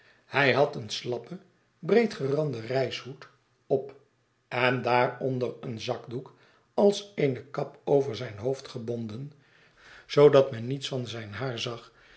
hij had een slappen breedgeranden reishoed op en daaronder een zakdoek als eene kap over zijn hoofd gebonden zoodat men niets van zijn haar zag